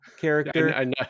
character